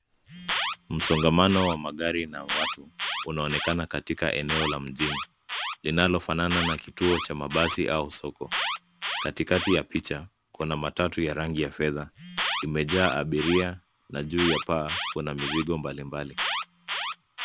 Msongamano wa magari na watu unaonekana katika eneo la mjini linalo fanana na kituo cha mabasi au soko. Katikati ya picha, kuna matatu ya rangi ya fedha imejaa abiria na juu ya paa kuna mizigo mbalimbali.